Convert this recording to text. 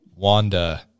wanda